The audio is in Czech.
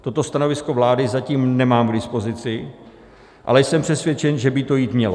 Toto stanovisko vlády zatím nemám k dispozici, ale jsem přesvědčen, že by to jít mělo.